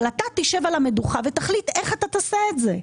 אבל אתה תשב על המדוכה ותחליט איך אתה תעשה את זה.